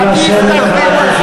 אני הבטחתי לו, נא לשבת.